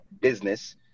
business